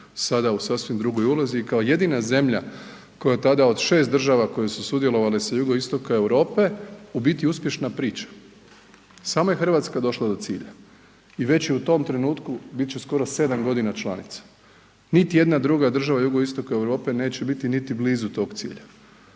sada u sasvim drugoj ulozi i kao jedina zemlja koja je tada od 6 država koje su sudjelovale sa jugoistoka Europe, u biti uspješna priča, samo je Hrvatska došla do cilja i već je u tom trenutku, bit će skoro 7 g. članica. Niti jedna druga država jugoistoka Europe neće biti niti blizu toga cilja.